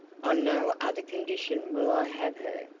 on no other condition will i have her.